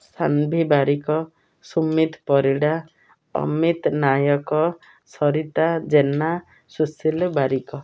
Sanvi Barik Sumit Parida Amit Nayak Sarita Jena Sushil Barik